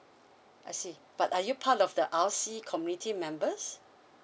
I see but are you part of the L_C community members